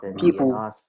People